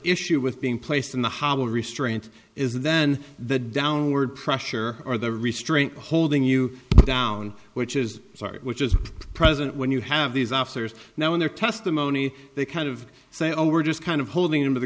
issue with being placed in the hollow restraint is then the downward pressure or the restraint holding you down which is which is present when you have these officers now in their testimony they kind of say oh we're just kind of holding him to the